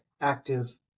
active